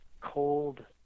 cold